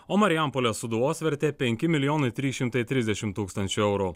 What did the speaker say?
o marijampolės sūduvos vertė penki milijonai trys šimtai trisdešim tūkstančių eurų